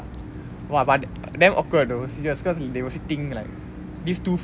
!wah! but damn awkward though so it's cause they were sitting like these two